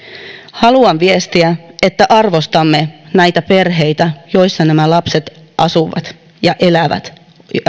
haluan viestiä että arvostamme näitä perheitä joissa nämä lapset asuvat ja elävät ja